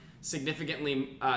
significantly